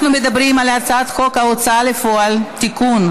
אנחנו מדברים על הצעת חוק ההוצאה לפועל (תיקון,